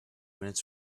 minutes